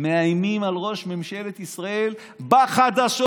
מאיימים על ראש ממשלת ישראל בחדשות,